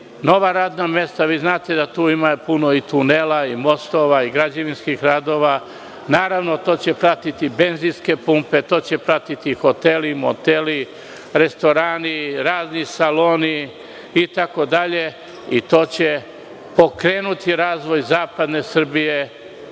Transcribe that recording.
nova radna mesta. Znate da tu ima puno tunela i mostova i građevinskih radova. To će pratiti benzinske pumpe. To će pratiti hoteli, moteli, restorani, razni restorani, saloni. To će pokrenuti razvoj Zapadne Srbije